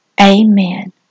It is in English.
Amen